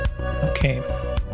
Okay